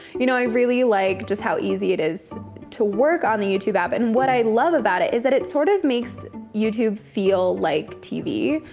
you know i really like just how easy it is to work on the youtube app, and what i love about it is that it sort of makes youtube feel like tv,